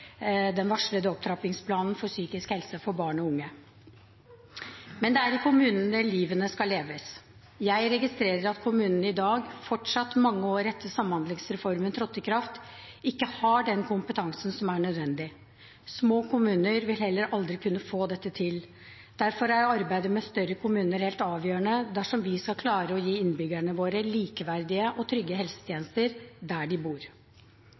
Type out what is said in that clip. den varslede opptrappingsplanen for psykisk helse for barn og unge. Men det er i kommunene livene skal leves. Jeg registrerer at kommunene i dag, fortsatt mange år etter at samhandlingsreformen trådte i kraft, ikke har den kompetansen som er nødvendig. Små kommuner vil heller aldri kunne få dette til. Derfor er arbeidet med større kommuner helt avgjørende dersom vi skal klare å gi innbyggerne våre likeverdige og trygge helsetjenester der de bor.